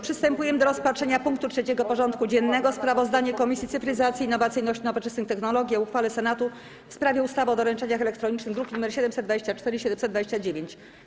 Przystępujemy do rozpatrzenia punktu 3. porządku dziennego: Sprawozdanie Komisji Cyfryzacji, Innowacyjności i Nowoczesnych Technologii o uchwale Senatu w sprawie ustawy o doręczeniach elektronicznych (druki nr 724 i 729)